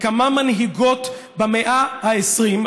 לכמה מנהיגות במאה ה-20,